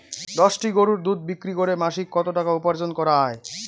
দশটি গরুর দুধ বিক্রি করে মাসিক কত টাকা উপার্জন করা য়ায়?